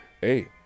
Hey